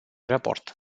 raport